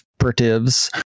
operatives